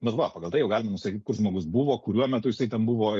bet va pagal tai jau galima nusakyt kur žmogus buvo kuriuo metu jisai ten buvo